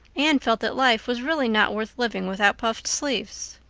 anne felt that life was really not worth living without puffed sleeves.